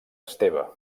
esteve